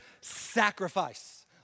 sacrifice